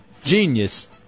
Genius